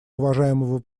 уважаемого